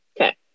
Okay